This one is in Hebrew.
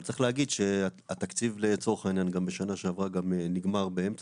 אבל צריך להגיד שהתקציב לצורך העניין גם בשנה שעברה נגמר באמצע